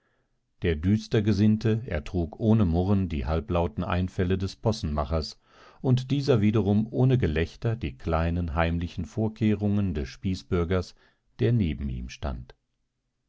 der düster gesinnte ertrug ohne murren die halblauten einfälle des possenmachers und dieser wiederum ohne gelächter die kleinen heimlichen vorkehrungen des spießbürgers der neben ihm stand